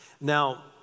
Now